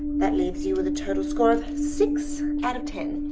that leaves you with a total score of six kind of ten.